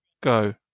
Go